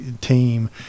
team